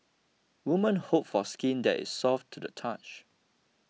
women hope for skin that is soft to the touch